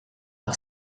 par